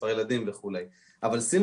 מספר ילדים וכו' שקופים לחלוטין.